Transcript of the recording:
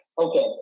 Okay